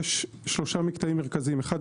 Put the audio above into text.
יש שלושה מקטעים מרכזיים: אחד,